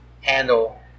handle